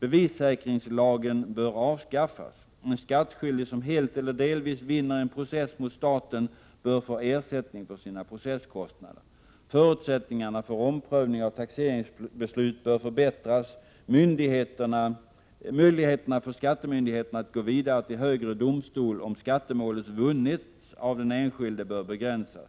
Bevissäkringslagen bör avskaffas. En skattskyldig som helt eller delvis vinner en process mot staten bör få ersättning för sina processkostnader. Förutsättningarna för omprövning av taxeringsbeslut bör förbättras. Möjligheterna för skattemyndigheterna att gå vidare till högre domstol om skattemålet vunnits av den enskilde bör begränsas.